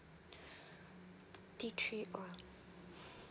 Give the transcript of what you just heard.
tea tree oil